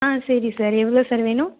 ஆ சரி சார் எவ்வளோ சார் வேணும்